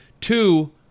two